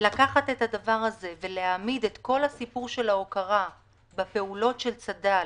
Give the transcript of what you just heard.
לא צריך לקחת את הדבר הזה ולהעמיד את כל הסיפור של ההוקרה בפעולות צד"ל